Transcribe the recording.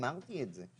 אמרתי את זה.